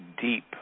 deep